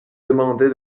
demandai